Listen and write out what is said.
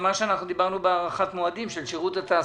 הכריע, 89% זה הארכת מועד בגין הארכות מועד.